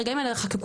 הרגעים האלה חקוקים,